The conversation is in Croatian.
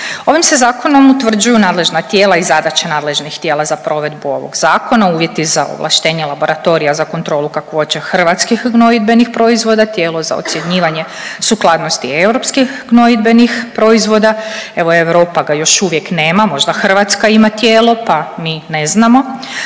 Ovim se zakonom utvrđuju nadležna tijela i zadaće nadležnih tijela za provedbu ovog zakona, uvjeti za ovlaštenje laboratorija za kontrolu kakvoće hrvatskih gnojidbenih proizvoda, tijelo za ocjenjivanje sukladnosti europskih gnojidbenih proizvoda. Evo Europa ga još uvijek nema, možda Hrvatska ima tijelo pa mi ne znamo.